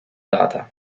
data